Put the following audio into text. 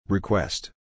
Request